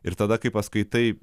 ir tada kai paskaitai